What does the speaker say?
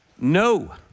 No